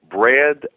bread